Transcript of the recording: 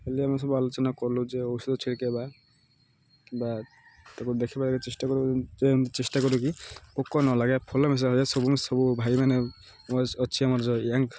ହେଲେ ଆମେ ସବୁ ଆଲୋଚନା କଲୁ ଯେ ଔଷଧ ଛିଡ଼କେଇବା ବା ତାକୁ ଦେଖିବା ଚେଷ୍ଟା କରଲୁ ଯେ ଚେଷ୍ଟା କରିକି ପୋକ ନ ଲଗେ ଫଳ ମିଶାାଏ ସବୁ ସବୁ ଭାଇମାନେେ ଅଛି ଆମର ଯୋଉ